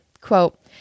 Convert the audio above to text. Quote